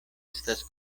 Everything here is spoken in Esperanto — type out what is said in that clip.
estas